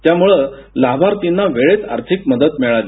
त्यामुळे लाभार्थींना वेळेत आर्थिक मदत मिळाली